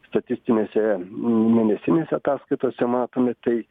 statistinėse mėnesinėse ataskaitose matomi tai